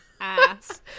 ass